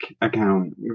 account